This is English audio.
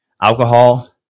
alcohol